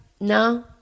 no